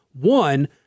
One